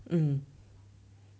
mm